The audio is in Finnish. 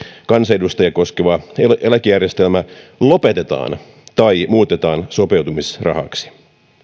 kansanedustajia koskeva eläkejärjestelmä lopetetaan tai muutetaan sopeutumisrahaksi